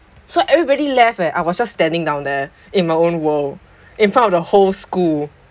so everybody left and I was just standing down there in my own world in front of the whole school